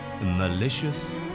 malicious